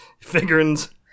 figurins